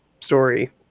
story